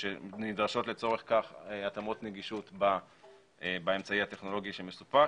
שלצורך כך נדרשות התאמות נגישות באמצעי הטכנולוגי שמסופק